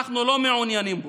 אנחנו לא מעוניינים בו.